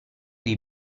dei